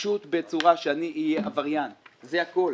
פשוט בצורה שתהפוך אותי לעבריין, זה הכול.